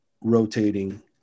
rotating